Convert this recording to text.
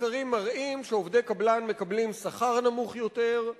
מחקרים מראים שעובדי קבלן מקבלים שכר נמוך יותר,